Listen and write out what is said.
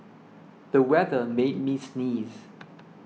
the weather made me sneeze